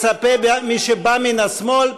לומר את דעתי, אני מצפה ממי שבא מן השמאל,